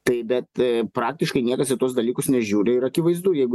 taip bet praktiškai niekas į tuos dalykus nežiūri ir akivaizdu jeigu